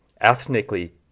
ethnically